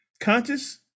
conscious